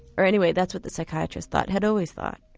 or anyway, that's what the psychiatrists thought, had always thought.